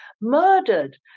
murdered